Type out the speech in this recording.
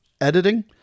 editing